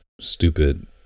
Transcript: stupid